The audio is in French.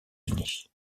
unis